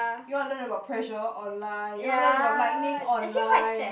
you want to learn about pressure online you want to learn about lightning online